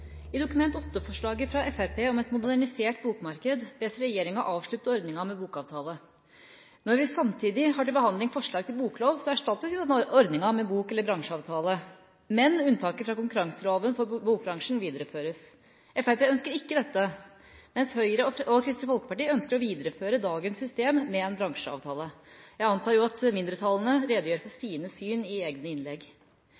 I Dokument 8-forslaget fra Fremskrittspartiet om et modernisert bokmarked, bes regjeringa avslutte ordningen med bokavtale. Når vi samtidig har til behandling forslag til boklov, erstattes ordningen med bok- eller bransjeavtale, men unntaket fra konkurranseloven for bokbransjen videreføres. Fremskrittspartiet ønsker ikke dette, mens Høyre og Kristelig Folkeparti ønsker å videreføre dagens system med en bransjeavtale. Jeg antar at mindretallene redegjør for